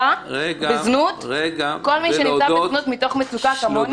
בזנות מתוך מצוקה כמוני.